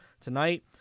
tonight